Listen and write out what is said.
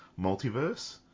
multiverse